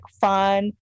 fun